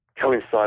coincide